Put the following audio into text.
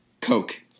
Coke